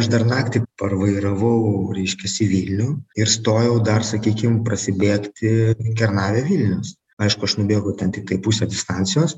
aš dar naktį parvairavau reiškias į vilnių ir stojau dar sakykim prasibėgti kernavė vilnius aišku aš nubėgau ten tiktai pusę distancijos